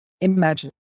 imagine